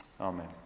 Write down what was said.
Amen